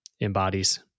embodies